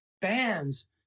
bands